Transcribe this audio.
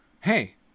hey